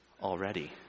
already